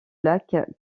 lac